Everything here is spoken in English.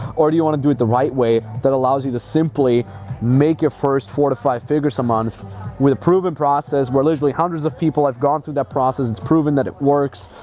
or do you wanna do it the right way that allows you to simply make your first four to five figures a month with a proven process where literally hundreds of people have gone through that process, it's proven that it works.